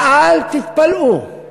ואל תתפלאו,